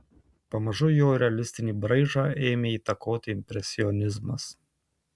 pamažu jo realistinį braižą ėmė įtakoti impresionizmas